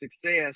success